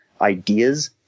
ideas